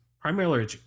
Primarily